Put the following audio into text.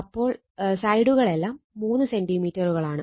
അപ്പൊൾ സൈഡുകളെല്ലാം 3 സെന്റിമീറ്ററുകളാണ്